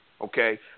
okay